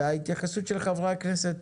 וההתייחסות של חברי הכנסת